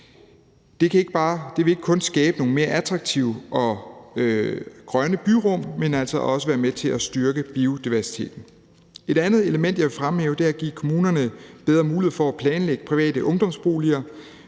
Det vil ikke kun skabe nogle mere attraktive og grønne byrum, men altså også være med til at styrke biodiversiteten. Et andet element, jeg vil fremhæve, er at give kommunerne bedre mulighed for at planlægge private ungdomsboliger.